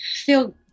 feel